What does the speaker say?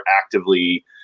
actively